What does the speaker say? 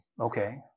Okay